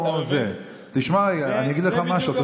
תשמע רגע, אני אגיד לך משהו.